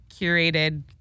curated